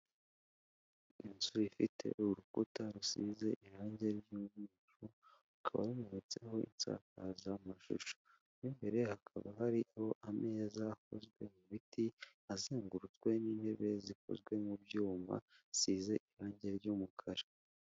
Inzuifite urukuta rusize irangi ry'umweru, rukaba rumanitseho insakazamashusho, mo imbere hakaba harimo ameza akozwe mu biti, azengurutswe n'intebe zikozwe mu byuma asize irangi ry'umukara.